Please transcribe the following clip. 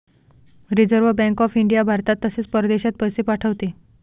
reserve bank of India भारतात तसेच परदेशात पैसे पाठवते